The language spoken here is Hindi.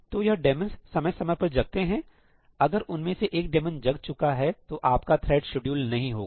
तो यह डैमंस समय समय पर जगते हैं अगर उनमें से एक डेमन जग चुका है तो आपका थ्रेड शेड्यूल नहीं होगा